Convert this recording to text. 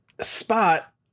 spot